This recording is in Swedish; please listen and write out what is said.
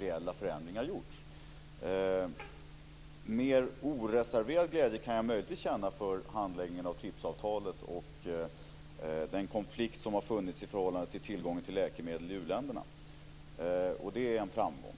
reella förändringar gjorts. Mer oreserverad glädje kan jag möjligen känna inför handläggningen av TRIPS-avtalet och den konflikt som har funnits när det gäller tillgången till läkemedel i u-länderna. Det är en framgång.